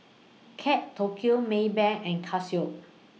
Kate Tokyo Maybank and Casio